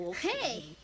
Hey